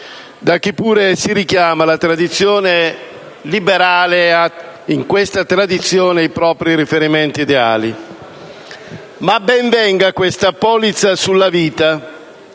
da chi pure si richiama alla tradizione liberale e ha in questa tradizione i propri riferimenti ideali. Ma ben venga questa polizza sulla vita,